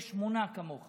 יש שמונה כמוך